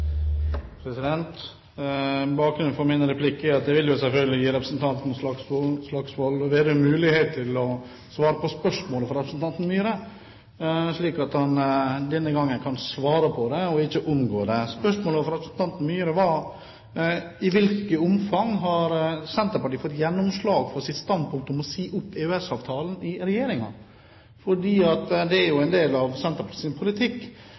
at jeg vil gi representanten Slagsvold Vedum muligheten til å svare på spørsmålet fra representanten Myhre, slik at han denne gangen kan svare på det og ikke omgå det. Spørsmålet fra representanten Myhre var: I hvilket omfang har Senterpartiet fått gjennomslag i Regjeringen for sitt standpunkt om å si opp EØS-avtalen? For det er jo en del av Senterpartiets politikk.